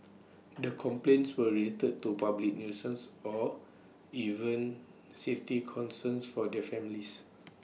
the complaints were related to public nuisance or even safety concerns for their families